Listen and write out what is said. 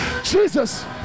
Jesus